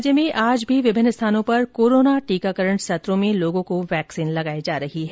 राज्य में आज भी विभिन्न स्थानों पर कोरोना टीकाकरण सत्रों में लोगों को वैक्सीन लगाई जा रही है